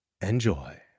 Enjoy